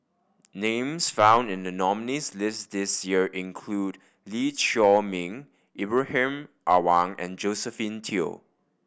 names found in the nominees' list this year include Lee Chiaw Meng Ibrahim Awang and Josephine Teo